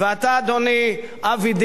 אדוני אבי דיכטר,